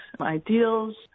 ideals